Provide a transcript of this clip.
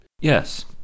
Yes